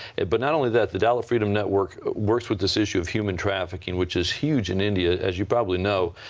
but not only that, the dalit freedom network works with this issue of human trafficking which is huge in india. as you probably know,